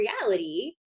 reality